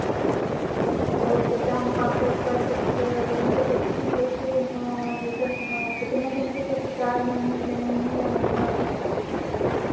अच्छा तो जैसे हम पाँच सौ स्क्वायर फ़ीट लेंगे तो इसकी एक जैसे कितने दिन की किस्त चार महीने छह महीने या महीनवारी